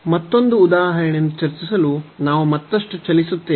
ಮತ್ತೊಂದು ಉದಾಹರಣೆಯನ್ನು ಚರ್ಚಿಸಲು ನಾವು ಮತ್ತಷ್ಟು ಚಲಿಸುತ್ತೇವೆ